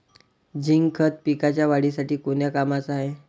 Zinc खत पिकाच्या वाढीसाठी कोन्या कामाचं हाये?